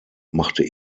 machte